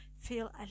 feel